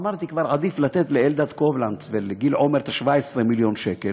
אמרתי: כבר עדיף לתת לאלדד קובלנץ ולגיל עומר את ה-17 מיליון שקל,